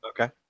Okay